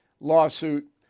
lawsuit